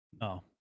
No